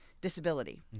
disability